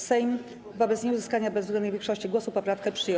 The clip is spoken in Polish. Sejm wobec nieuzyskania bezwzględnej większości głosów poprawkę przyjął.